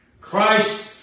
Christ